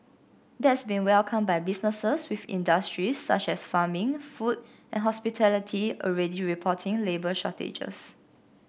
that's been welcomed by businesses with industries such as farming food and hospitality already reporting labour shortages